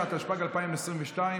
התשפ"ג 2023,